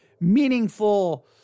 meaningful